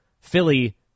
Philly